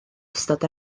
ystod